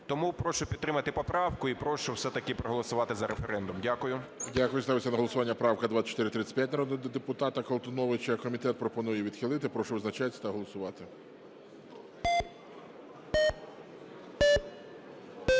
Тому прошу підтримати поправку і прошу все-таки проголосувати за референдум. Дякую. ГОЛОВУЮЧИЙ. Дякую. Ставиться на голосування правка 2435 народного депутата Колтуновича. Комітет пропонує її відхилити. Прошу визначатись та голосувати.